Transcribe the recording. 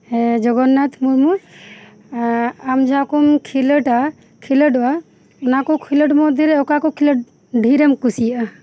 ᱦᱮᱸ ᱡᱚᱜᱚᱱᱱᱟᱛᱷ ᱢᱩᱨᱢᱩ ᱟᱢ ᱡᱟᱦᱟᱸ ᱠᱚᱢ ᱠᱷᱮᱞᱳᱰᱟ ᱠᱷᱮᱞᱳᱰᱚᱜᱼᱟ ᱚᱱᱟ ᱠᱚ ᱠᱷᱮᱞᱳᱰ ᱢᱚᱫᱽᱫᱷᱮ ᱨᱮ ᱚᱠᱟ ᱠᱚ ᱠᱷᱮᱞᱳᱰ ᱫᱷᱮᱨ ᱮᱢ ᱠᱩᱥᱤᱭᱟᱜᱼᱟ